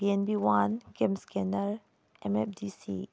P N B one cam scanner M F D C